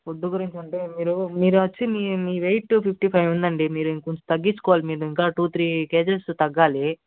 food గురించి అంటే మీరు మీరు వచ్చి మీ వెయిట్ ఫిఫ్టీ ఫైవ్ ఉందండి మీరు ఇంకొంచం తగ్గించుకోవాలి మీరు ఇంకా టూ త్రీ కేజస్ తగ్గాలి